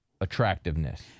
attractiveness